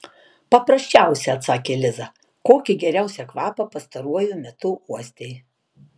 paprasčiausią atsakė liza kokį geriausią kvapą pastaruoju metu uostei